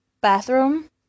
bathroom